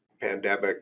pandemic